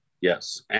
Yes